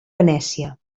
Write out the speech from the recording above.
venècia